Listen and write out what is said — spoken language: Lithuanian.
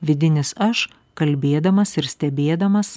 vidinis aš kalbėdamas ir stebėdamas